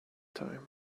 time